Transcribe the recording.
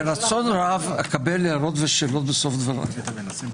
ברצון רב אקבל הערות ושאלות בסוף דבריי.